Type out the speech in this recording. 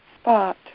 spot